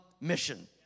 mission